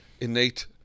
innate